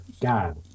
God